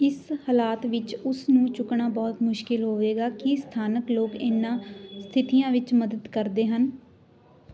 ਇਸ ਹਾਲਾਤ ਵਿਚ ਉਸ ਨੂੰ ਚੁੱਕਣਾ ਬਹੁਤ ਮੁਸ਼ਕਲ ਹੋਵੇਗਾ ਕੀ ਸਥਾਨਕ ਲੋਕ ਇਹਨਾਂ ਸਥਿਤੀਆਂ ਵਿੱਚ ਮਦਦ ਕਰਦੇ ਹਨ